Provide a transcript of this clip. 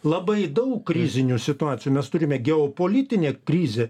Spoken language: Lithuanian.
labai daug krizinių situacijų mes turime geopolitinė krizė